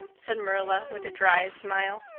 said marilla with a dry smile.